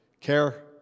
care